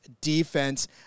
defense